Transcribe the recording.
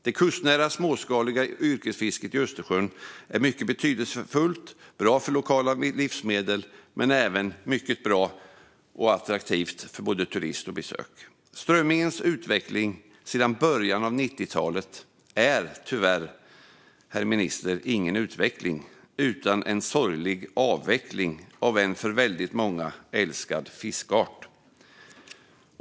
Det kustnära småskaliga yrkesfisket i Östersjön är mycket betydelsefullt, bra för lokala livsmedel och även mycket bra och attraktivt för turister och andra besök. Strömmingens utveckling sedan början av 90-talet är tyvärr, herr minister, ingen utveckling utan en sorglig avveckling av en för många älskad fiskart.